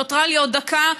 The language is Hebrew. נותרה לי עוד דקה,